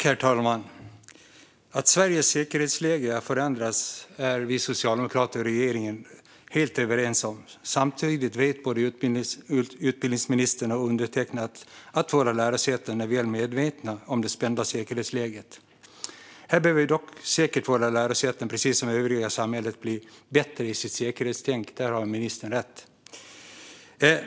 Herr talman! Att Sveriges säkerhetsläge har förändrats är vi socialdemokrater och regeringen helt överens om. Samtidigt vet både utbildningsministern och undertecknad att våra lärosäten är väl medvetna om det spända säkerhetsläget. Här behöver säkert våra lärosäten, precis som övriga samhället, bli bättre i sitt säkerhetstänk. Där har ministern rätt.